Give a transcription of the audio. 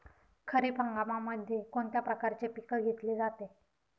खरीप हंगामामध्ये कोणत्या प्रकारचे पीक घेतले जाते?